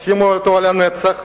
שימו אותה על המצח